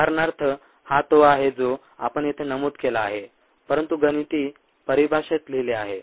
उदाहरणार्थ हा तो आहे जो आपण येथे नमूद केला आहे परंतु गणिती परिभाषेत लिहिले आहे